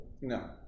No